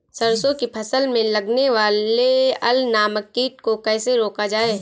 सरसों की फसल में लगने वाले अल नामक कीट को कैसे रोका जाए?